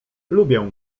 lubię